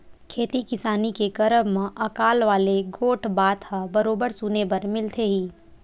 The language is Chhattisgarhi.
खेती किसानी के करब म अकाल वाले गोठ बात ह बरोबर सुने बर मिलथे ही